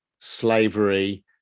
slavery